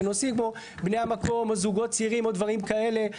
לנושאים כמו בני המקום או זוגות צעירים או דברים כאלה.